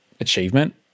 achievement